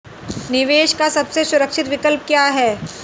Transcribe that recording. निवेश का सबसे सुरक्षित विकल्प क्या है?